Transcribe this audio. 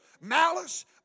Malice